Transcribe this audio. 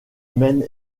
maine